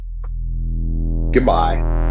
Goodbye